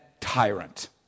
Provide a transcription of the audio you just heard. tyrant